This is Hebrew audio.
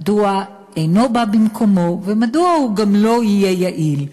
מדוע אינו בא במקומו ומדוע הוא גם לא יהיה יעיל.